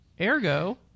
Ergo